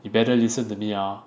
you better listen to me ah